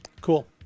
cool